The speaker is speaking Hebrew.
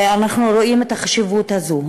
ואנחנו רואים את החשיבות הזאת.